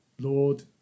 Lord